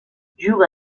juga